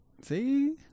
See